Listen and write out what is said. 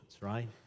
right